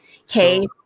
Okay